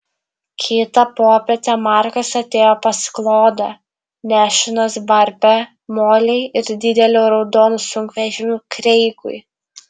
kitą popietę markas atėjo pas klodą nešinas barbe molei ir dideliu raudonu sunkvežimiu kreigui